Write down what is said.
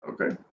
okay